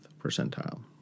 percentile